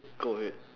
go ahead